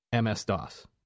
MS-DOS